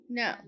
no